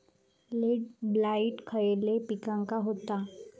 Late blight खयले पिकांका होता?